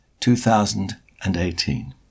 2018